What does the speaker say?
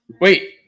Wait